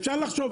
אפשר לחשוב.